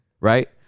right